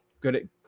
good